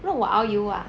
任我遨游啊